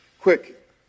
quick